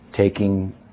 Taking